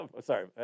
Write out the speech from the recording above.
sorry